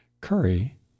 curry